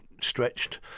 stretched